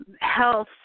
health